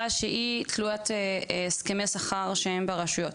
שהיא תלוית הסכמי שכר שהם ברשויות?